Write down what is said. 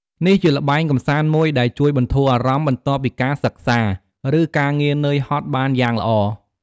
នេះជាល្បែងកម្សាន្តមួយដែលជួយបន្ធូរអារម្មណ៍ បន្ទាប់ពីការសិក្សា ឬការងារនឿយហត់បានយ៉ាងល្អ។